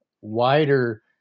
wider